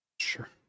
Sure